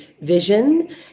vision